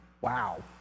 Wow